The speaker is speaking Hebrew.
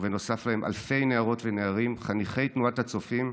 ונוסף להם אלפי נערות ונערים חניכי תנועת הצופים,